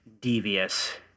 devious